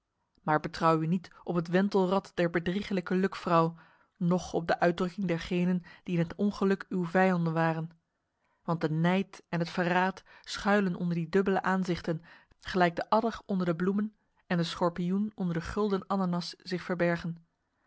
maar betrouw u niet op het wentelrad der bedriegelijke lukvrouw noch op de uitdrukking dergenen die in het ongeluk uw vijanden waren want de nijd en het verraad schuilen onder die dubbele aanzichten gelijk de adder onder de bloemen en de schorpioen onder de gulden ananas zich verbergen